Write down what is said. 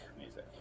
music